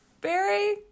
Barry